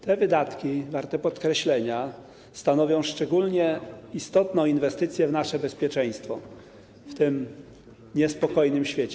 Te wydatki, warte podkreślenia, stanowią szczególnie istotną inwestycję w nasze bezpieczeństwo w tym niespokojnym świecie.